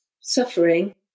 suffering